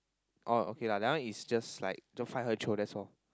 oh okay lah that one is just like don't find her chio that's all